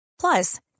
Plus